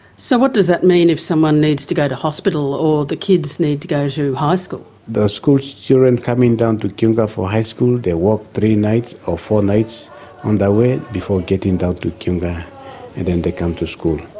so what does that mean if someone needs to go to hospital or the kids need to go to high school? the schoolchildren coming down to kiunga for high school, they walk three nights or four nights on the way before getting down to kiunga and then they come to school.